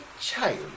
child